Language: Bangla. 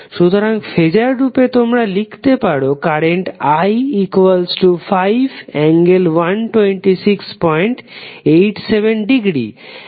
সুতরাং ফেজার রূপে তোমরা লিখতে পারো কারেন্ট I5∠12687°